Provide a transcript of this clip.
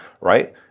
right